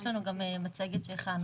יש לנו גם מצגת שהכנו.